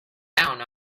down